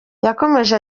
yakomeje